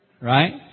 Right